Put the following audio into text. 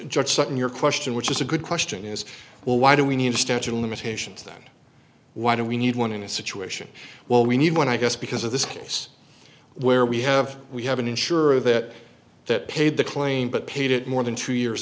judge second your question which is a good question is well why do we need a statute of limitations then why do we need one in a situation well we need one i guess because of this case where we have we have an insurer that that paid the claim but paid it more than two years